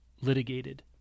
litigated